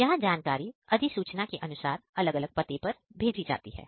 यहां जानकारी अधिसूचना के अनुसार अलग अलग पते पर भेजी जाती है